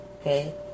Okay